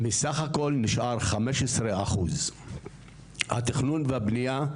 בסך הכל נשאר 15%. התכנון והבניה,